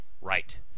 Right